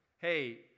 hey